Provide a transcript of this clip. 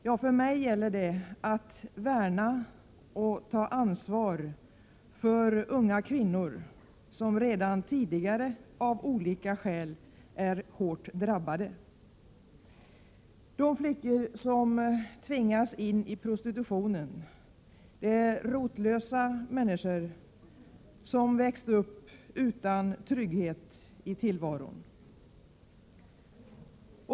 Jo, för mig gäller det att värna och ta ansvar för unga kvinnor som redan tidigare av olika skäl är hårt drabbade. De flickor som tvingas in i prostitution är rotlösa människor som växt upp utan trygghet i tillvaron.